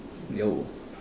yo